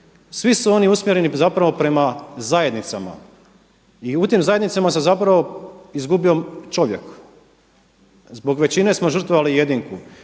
svi su oni usmjereni zapravo prema zajednicama. I u tim zajednicama se zapravo izgubio čovjek. Zbog većine smo žrtvovali jedinku.